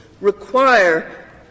require